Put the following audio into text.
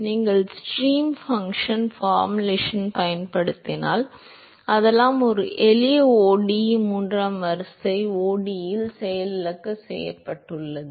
நீங்கள் stream function ஃபார்முலேஷனைப் பயன்படுத்துவதால் அதெல்லாம் ஒரு எளிய ODE மூன்றாம் வரிசை ODE இல் செயலிழக்கச் செய்யப்பட்டுள்ளது